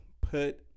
put